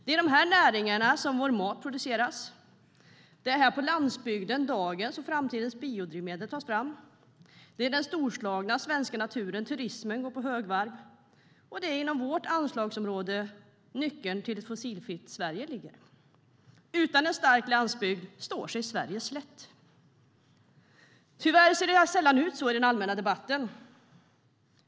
Det är i de här näringarna vår mat produceras, och det är på landsbygden dagens och framtidens biodrivmedel tas fram. Det är i den storslagna svenska naturen som turismen går på högvarv, och det är inom vårt anslagsområde som nyckeln till ett fossilfritt Sverige ligger. Utan en stark landsbygd står sig Sverige slätt. Tyvärr ser det sällan ut så i den allmänna debatten.